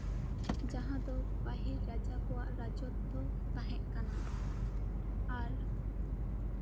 ᱡᱟᱦᱟᱸ ᱫᱚ ᱯᱟᱹᱦᱤᱞ ᱨᱟᱡᱟ ᱠᱚᱣᱟᱜ ᱨᱟᱡᱚᱛᱛᱚ ᱛᱟᱦᱮᱸ ᱠᱟᱱᱟ ᱟᱨ